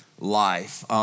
life